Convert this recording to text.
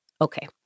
Okay